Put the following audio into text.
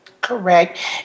Correct